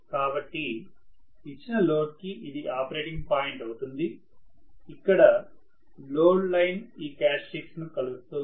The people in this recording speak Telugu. కాబట్టి ఇచ్చిన లోడ్ కి ఇది ఆపరేటింగ్ పాయింట్ అవుతుందిఇక్కడ లోడ్ లైన్ ఈ క్యారెక్టర్స్టిక్స్ ను కలుస్తోంది